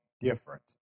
different